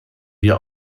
wir